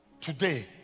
Today